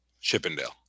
Chippendale